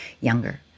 younger